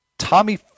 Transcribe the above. Tommy